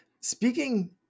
Speaking